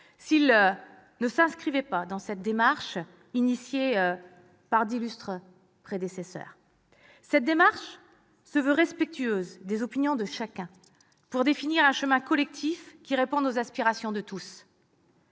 s'il ne s'inscrivait pas dans cette démarche engagée par d'illustres prédécesseurs. Cette démarche se veut respectueuse des opinions de chacun pour définir un chemin collectif qui réponde aux aspirations de tous.